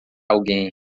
alguém